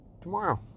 tomorrow